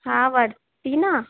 हा वरिती न